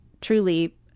truly